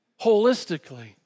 holistically